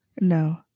No